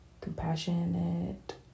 Compassionate